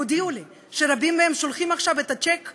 אבל בסוף זה חוק שכבר שנים ארוכות מנסה לסגור לקונה שהייתה בחוק,